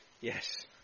Yes